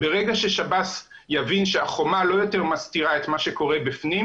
ברגע ששב"ס יבין שהחומה לא יותר מסתירה את מה שקורה בפנים